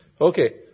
Okay